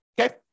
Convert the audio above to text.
okay